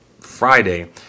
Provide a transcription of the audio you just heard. Friday